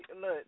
Look